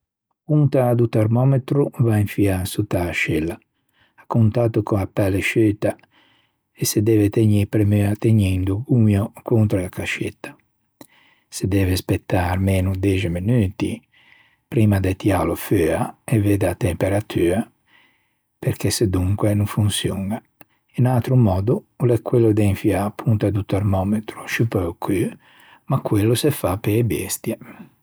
A ponta do termometro a va infiâ sotta a-a ascella, à contatto co-a pelle sciuta e se deve tegnî premua tegnindo gommio contra a cascetta. Se deve spëtâ armeno dexe menuti primma de tiâlo feua e vedde a temperatua perché sedonque o no fonçioña. Un atro mòddo l'é quello de infiâ a ponta do termometro sciù pe-o cû ma quello se fa pe-e bestie.